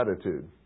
attitude